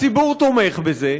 הציבור תומך בזה,